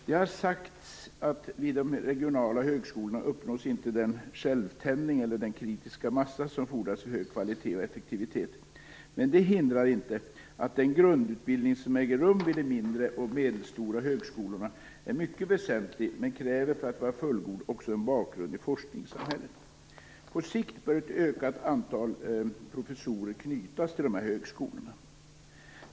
Det har sagts att vid de regional högskolorna uppnås inte den självtändning eller den kritiska massa som fordras för hög kvalitet och effektivitet. Men det hindrar inte att den grundutbildning som äger rum vid de mindre och medelstora högskolorna är mycket väsentlig, men för att vara fullgod kräver den också en bakgrund forskningssamhället. På sikt bör ett ökat antal professorer knytas till dessa högskolor.